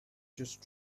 just